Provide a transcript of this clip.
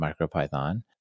MicroPython